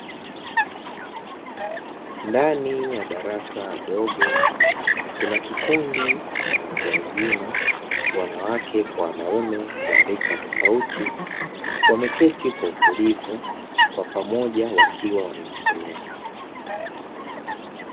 Ndani ya darasa dogo kuna kikundi, cha watu wazima wanawake na wanaume wa rika tofauti. Wameketi kwa utulivu kwa pamoja wakiwa wanajisomea.